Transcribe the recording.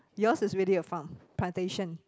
yours is really a farm plantation